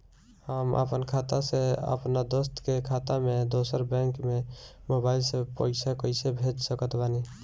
हम आपन खाता से अपना दोस्त के खाता मे दोसर बैंक मे मोबाइल से पैसा कैसे भेज सकत बानी?